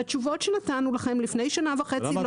אם יש לכם הערות והתשובות שנתנו לכם לפני שנה וחצי לא